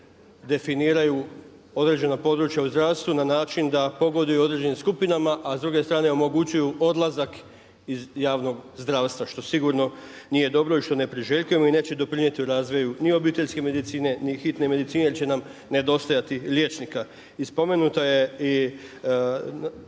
definiraju određena područja u zdravstvu na način da pogoduju određenim skupinama, a s druge strane omogućuju odlazak iz javnog zdravstva što sigurno nije dobro i što ne priželjkujemo i neće doprinijeti razvoju ni obiteljske medicine, ni hitne medicine jer će nam nedostajati liječnika. I spomenut je